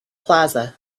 plaza